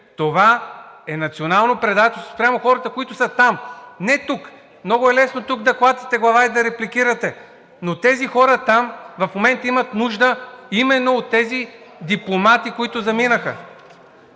Това е национално предателство спрямо хората, които са там, не тук. Много е лесно тук да клатите глава и да репликирате, но тези хора там в момента имат нужда именно от тези дипломати, които заминаха.